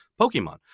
Pokemon